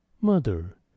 Mother